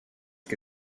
que